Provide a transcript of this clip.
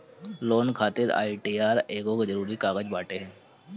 loan खातिर ITR एगो जरुरी कागज बाटे